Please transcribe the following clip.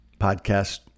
podcast